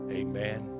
amen